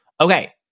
Okay